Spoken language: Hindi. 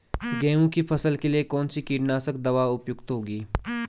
गेहूँ की फसल के लिए कौन सी कीटनाशक दवा उपयुक्त होगी?